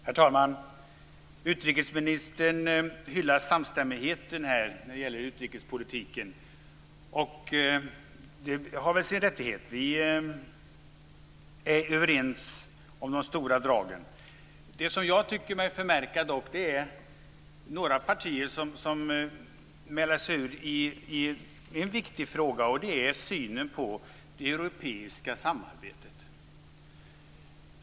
Herr talman! Utrikesministern hyllar här samstämmigheten när det gäller utrikespolitiken och det har väl sin rättighet. Vi är överens om de stora dragen. Vad jag dock tycker mig förmärka är att några partier i en viktig fråga mäler sig ur. Det gäller då synen på det europeiska samarbetet.